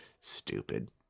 stupid